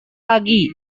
lagi